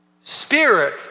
spirit